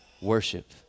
worship